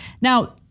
Now